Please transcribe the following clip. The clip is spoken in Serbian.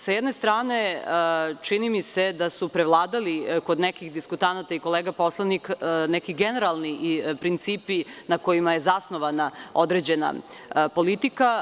Sa jedne strane, čini mi se da su prevladali kod nekih diskutanata i kolega poslanika neki generalni principi na kojima je zasnovana određena politika.